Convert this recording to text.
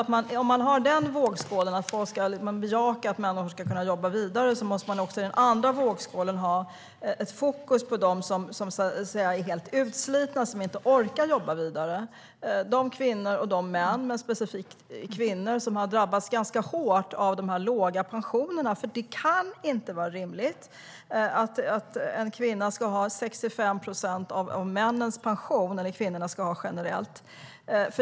Om man i den ena vågskålen bejakar att människor ska kunna jobba vidare måste man i den andra vågskålen ha ett fokus på dem som är helt utslitna och inte orkar jobba vidare. Det är specifikt kvinnor som har drabbats ganska hårt av de låga pensionerna. Det kan inte vara rimligt att en kvinna generellt ska ha 65 procent av männens pension.